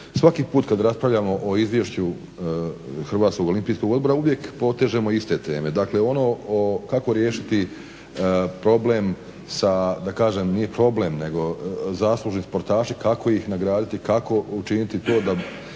svaki put kad raspravljamo o izvješću Hrvatskog olimpijskog odbora uvijek potežemo iste teme, dakle ono kako riješiti problem, nije problem nego zaslužni sportaši kako ih nagraditi, kako učiniti to da